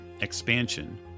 expansion